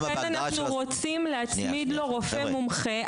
לכן אנחנו רוצים להצמיד לו רופא מומחה,